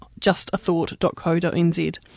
justathought.co.nz